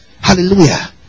Hallelujah